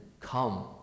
come